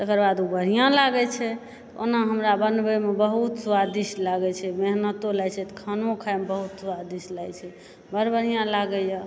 तकर बाद ओ बढ़िया लागै छै ओना हमरा बनबैमे बहुत स्वादिष्ट लागै छै मेहनतो लागै छै तऽ खानो खाइमे बहुत स्वादिष्ट लागै छै बड़बढ़िया लागैए